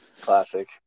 Classic